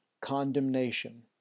condemnation